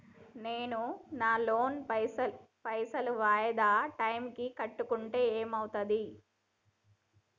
నేను నా లోన్ పైసల్ వాయిదా టైం కి కట్టకుంటే ఏమైతది?